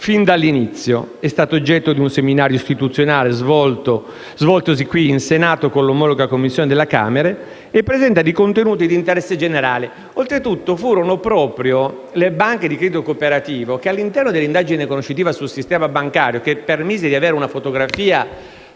sin dall'inizio. È stato oggetto di un seminario svoltosi qui in Senato con l'omologa Commissione della Camera e presenta dei contenuti di interesse generale. Oltre tutto, furono proprio le banche di credito cooperativo che (all'interno dell'indagine conoscitiva sul sistema bancario che permise di avere una fotografia